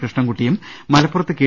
കൃഷ്ണൻകുട്ടിയും മല പ്പുറത്ത് കെ